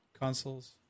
consoles